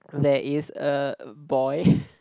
there is a boy